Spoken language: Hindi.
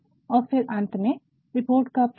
और फिर अंत में रिपोर्ट का प्रीव्यू